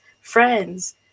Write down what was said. friends